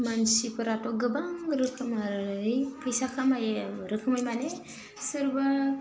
मानसिफोराथ' गोबां रोखोमारि फैसा खामायो रोखोमै माने सोरबा